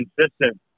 consistent